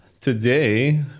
today